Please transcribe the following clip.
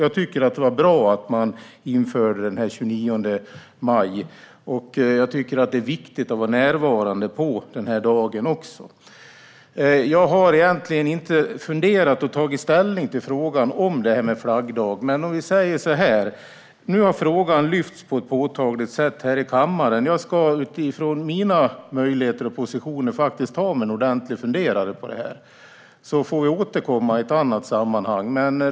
Jag tycker att det var bra att man införde veterandagen den 29 maj, och jag tycker att det är viktigt att vara närvarande denna dag. Jag har egentligen inte funderat och tagit ställning till frågan om flaggdag, men nu har den lyfts på ett påtagligt sätt här i kammaren. Jag ska utifrån mina möjligheter och positioner ta mig en ordentlig funderare på detta och får återkomma i ett annat sammanhang.